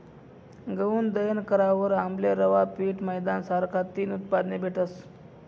गऊनं दयन करावर आमले रवा, पीठ, मैदाना सारखा तीन उत्पादने भेटतस